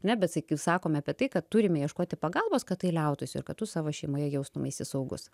ne bet sykiu sakome apie tai kad turime ieškoti pagalbos kad tai liautųsi ir kad tu savo šeimoje jaustumeisi saugus